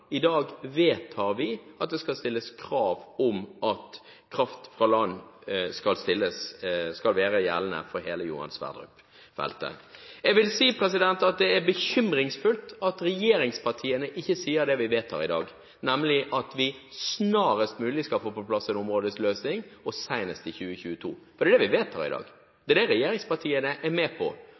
I dag vedtar vi at det skal stilles krav om at kraft fra land skal være gjeldende for hele Johan Sverdrup-feltet. Jeg vil si at det er bekymringsfullt at regjeringspartiene ikke sier det vi vedtar i dag, nemlig at vi snarest mulig skal få på plass en områdeløsning, og senest i 2022 – for det er det vi vedtar i dag. Det er det regjeringspartiene er med på.